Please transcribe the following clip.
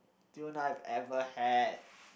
tuna I ever had